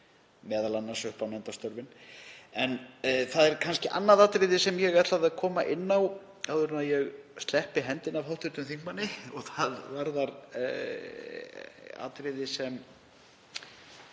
í störfin, m.a. nefndastörfin. En það er kannski annað atriði sem ég ætlaði að koma inn á áður en ég sleppi hendinni af hv. þingmanni og það varðar þau atriði sem